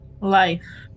Life